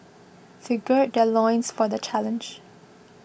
they gird their loins for the challenge